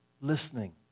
listening